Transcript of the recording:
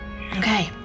Okay